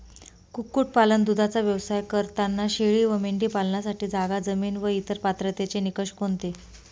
कुक्कुटपालन, दूधाचा व्यवसाय करताना शेळी व मेंढी पालनासाठी जागा, जमीन व इतर पात्रतेचे निकष कोणते?